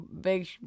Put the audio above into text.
big